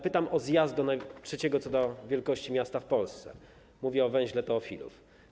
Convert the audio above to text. Pytam jednak o zjazd do trzeciego co do wielkości miasta w Polsce, mówię o węźle Teofilów.